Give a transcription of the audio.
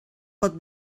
pot